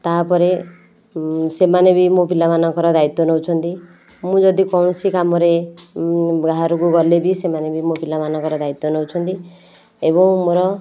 ତାପରେ ସେମାନେ ବି ମୋ ପିଲାମାନଙ୍କର ଦାଇତ୍ୱ ନେଉଛନ୍ତି ମୁଁ ଯଦି କୌଣସି କାମରେ ବାହାରକୁ ଗଲେ ବି ସେମାନେ ବି ମୋ ପିଲାମାନଙ୍କର ଦାଇତ୍ୱ ନେଉଛନ୍ତି ଏବଂ ମୋର